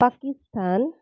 Pakistan